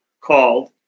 called